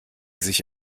sich